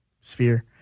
sphere